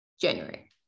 January